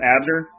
Abner